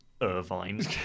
Irvine